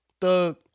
Thug